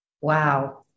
Wow